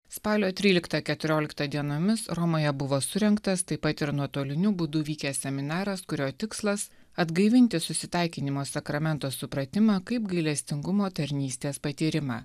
spalio tryliktą keturioliktą dienomis romoje buvo surengtas taip pat ir nuotoliniu būdu vykęs seminaras kurio tikslas atgaivinti susitaikinimo sakramento supratimą kaip gailestingumo tarnystės patyrimą